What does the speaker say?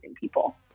people